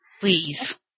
Please